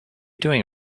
doing